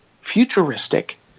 futuristic